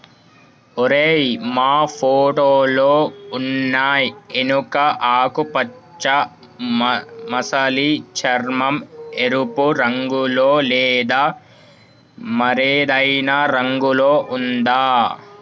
ఓరై మా ఫోటోలో ఉన్నయి ఎనుక ఆకుపచ్చ మసలి చర్మం, ఎరుపు రంగులో లేదా మరేదైనా రంగులో ఉందా